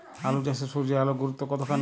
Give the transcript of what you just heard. আলু চাষে সূর্যের আলোর গুরুত্ব কতখানি?